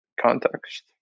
context